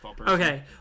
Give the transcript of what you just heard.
okay